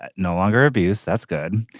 ah no longer abuse. that's good.